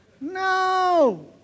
no